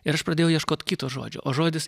ir aš pradėjau ieškot kito žodžio o žodis